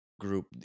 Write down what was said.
group